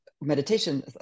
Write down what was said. meditation